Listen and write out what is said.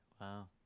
Wow